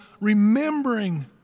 remembering